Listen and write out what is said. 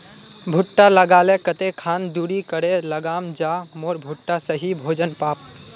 भुट्टा लगा ले कते खान दूरी करे लगाम ज मोर भुट्टा सही भोजन पाम?